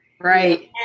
Right